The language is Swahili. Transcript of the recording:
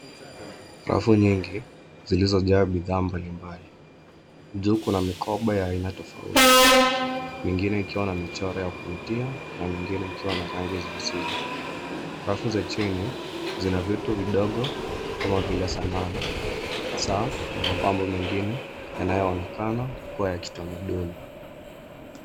Rafu nyingi zilizojaa bidhaa mbali mbali . Juu kuna mikoba ya aina tofauti, mingine ikiwa na michoro ya kuvutia, na mingine ikiwa na rangi za asili. Rafu za chini zina vitu vidogo, kama vile sanamu, saa na mapambo mengine yanayoonekana kua ya kitamaduni.